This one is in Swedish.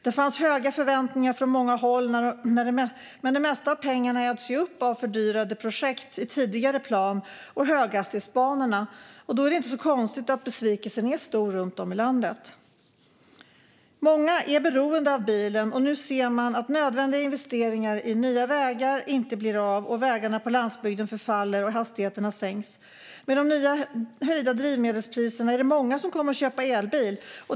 Det fanns höga förväntningar från många håll, men det mesta av pengarna äts upp av fördyrade projekt i den tidigare planen och av höghastighetsbanorna. Då är det inte så konstigt att besvikelsen är stor runt om i landet. Många är beroende av bilen, och nu ser man att nödvändiga investeringar i nya vägar inte blir av, att vägarna på landsbygden förfaller och att hastigheterna sänks. Med de höjda drivmedelspriserna är det många som kommer att köpa elbil.